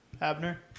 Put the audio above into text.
Abner